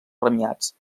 premiats